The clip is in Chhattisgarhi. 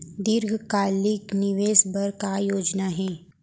दीर्घकालिक निवेश बर का योजना हे?